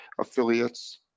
affiliates